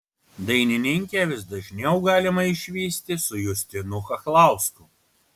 dainininkę vis dažniau galima išvysti su justinu chachlausku